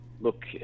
Look